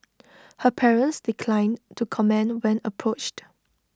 her parents declined to comment when approached